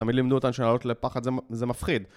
תמיד לימדו אותנו שלענות לפחד זה מפחיד